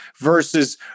versus